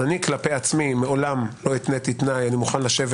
כלפי עצמי לא התניתי אני מוכן לשבת